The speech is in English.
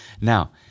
Now